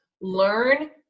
learn